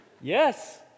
Yes